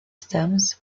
stems